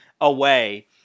away